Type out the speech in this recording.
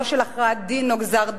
לא של הכרעת דין או גזר-דין.